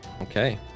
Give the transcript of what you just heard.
Okay